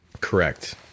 Correct